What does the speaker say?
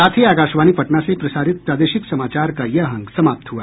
इसके साथ ही आकाशवाणी पटना से प्रसारित प्रादेशिक समाचार का ये अंक समाप्त हुआ